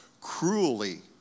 cruelly